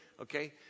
Okay